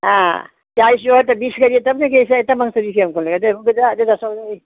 हाँ चालीस की है तो बीस करिए तब ना